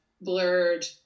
blurred